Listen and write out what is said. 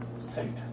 Satan